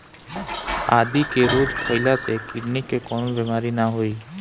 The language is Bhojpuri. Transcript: आदि के रोज खइला से किडनी के कवनो बीमारी ना होई